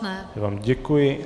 Já vám děkuji.